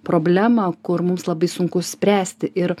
problemą kur mums labai sunku spręsti ir